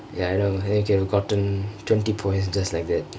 ya I know we could have gotten twenty points just like that